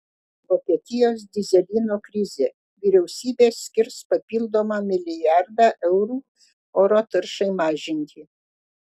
vokietijos dyzelino krizė vyriausybė skirs papildomą milijardą eurų oro taršai mažinti